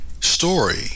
story